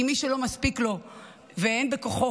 כי מי שלא מספיק לו ואין בכוחו